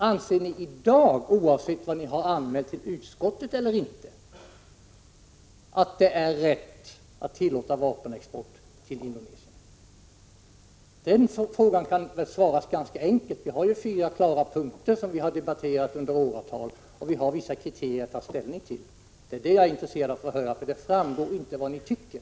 Anser ni i dag, oavsett vad ni har anmält till utskottet, att det är rätt att tillåta vapenexport till Indonesien? Frågorna kan besvaras ganska enkelt. Vi har ju fyra klara punkter, som vi har debatterat i åratal, och vi har vissa kriterier att ta ställning till. Det är detta jag är intresserad av att få höra, för det framgår inte vad ni tycker.